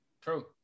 true